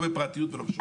לא בגלל בעיית פרטיות.